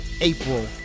April